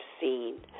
seen